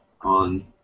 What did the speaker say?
on